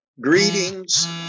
Greetings